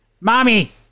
Mommy